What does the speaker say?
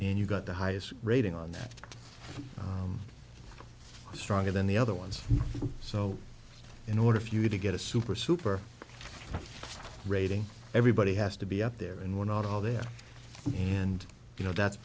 and you got the highest rating on that stronger than the other ones so in order for you to get a super super rating everybody has to be up there and we're not all there and you know that's